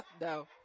No